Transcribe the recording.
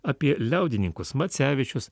apie liaudininkus macevičius